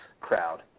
crowd